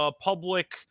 public